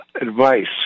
advice